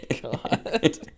God